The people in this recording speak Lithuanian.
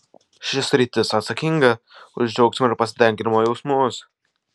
ši sritis atsakinga už džiaugsmo ir pasitenkinimo jausmus